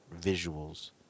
visuals